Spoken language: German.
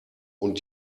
und